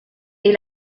est